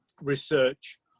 research